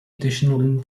additional